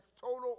total